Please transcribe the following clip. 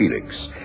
Felix